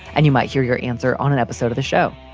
and you might hear your answer on an episode of the show.